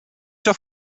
già